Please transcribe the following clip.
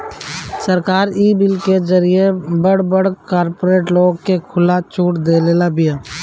सरकार इ बिल के जरिए से बड़ बड़ कार्पोरेट लोग के खुला छुट देदेले बिया